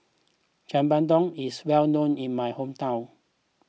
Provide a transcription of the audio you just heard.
is well known in my hometown